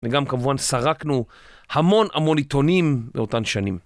וגם, כמובן, סרקנו המון המון עיתונים באותן שנים.